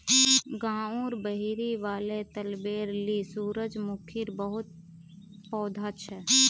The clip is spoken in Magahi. गांउर बहिरी वाले तलबेर ली सूरजमुखीर बहुत पौधा छ